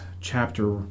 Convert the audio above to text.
chapter